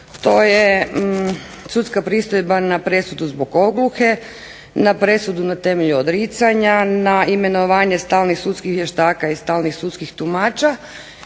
To je sudska pristojba na presudu zbog ogluhe, na presudu na temelju odricanja, na imenovanje stalnih sudskih vještaka i stalnih sudskih tumača.